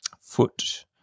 foot